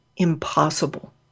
Impossible